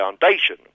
foundation